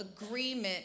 agreement